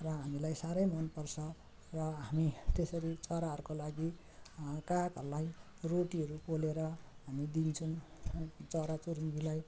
र हामीलाई साह्रै मन पर्छ र हामी त्यसरी चराहरूको लागि कागहरूलाई रोटीहरू पोलेर हामी दिन्छौँ चराचुरुङ्गीलाई